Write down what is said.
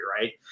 right